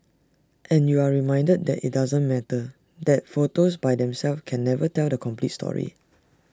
and you are reminded that IT doesn't matter that photos by themselves can never tell the complete story